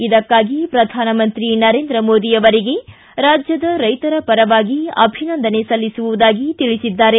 ಇದಕ್ಕಾಗಿ ಪ್ರಧಾನಮಂತ್ರಿ ನರೇಂದ್ರ ಮೋದಿ ಅವರಿಗೆ ರಾಜ್ಯದ ರೈತರ ಪರವಾಗಿ ಅಭಿನಂದನೆ ಸಲ್ಲಿಸುವುದಾಗಿ ತಿಳಿಸಿದ್ದಾರೆ